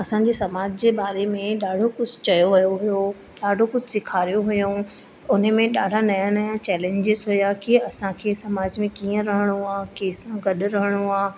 असांजे समाज जे बारे में ॾाढो कुझु चयो वियो हुयो ॾाढो कुझु सेखारियो हुयाऊं उन में ॾाढा नवां नवां चैलेंजिस हुया की असां खे समाज में कीअं रहणो आहे कंहिंसां गॾु रहणो आहे